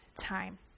time